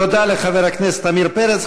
תודה לחבר הכנסת עמיר פרץ.